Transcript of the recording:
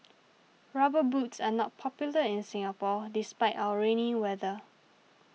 rubber boots are not popular in Singapore despite our rainy weather